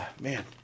man